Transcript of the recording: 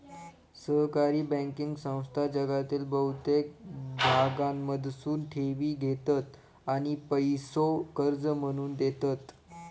सहकारी बँकिंग संस्था जगातील बहुतेक भागांमधसून ठेवी घेतत आणि पैसो कर्ज म्हणून देतत